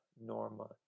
Norma